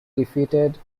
defeated